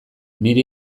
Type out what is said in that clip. nire